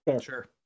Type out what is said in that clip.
sure